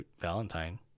valentine